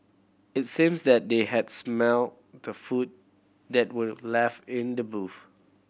it seemed that they had smelt the food that were left in the boot